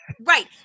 Right